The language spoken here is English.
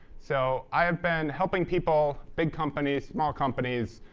so i have been helping people big companies, small companies,